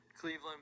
Cleveland